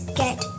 get